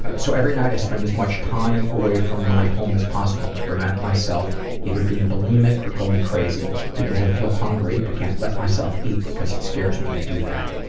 but so every night i spend as much time away from my home as possible to prevent myself either being bulimic or going crazy because i feel hungry but can't let myself eat because it scares me to do that.